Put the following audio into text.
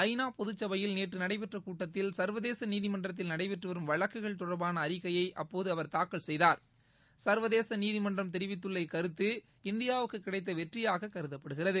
ஐநாபொதுச்சபையில் நேற்றுநடைபெற்றகூட்டத்தில் சர்வதேசநீதிமன்றத்தில் நடைபெற்றுவரும் வழக்குகள் தொடர்பானஅறிக்கையைஅப்போதுஅவர் தாக்கல் செய்தார் சர்வதேசநீதிமன்றம் தெரிவித்துள்ள இக்கருத்து இந்தியாவுக்குகிடைத்தவெற்றியாககருதப்படுகிறது